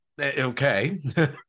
Okay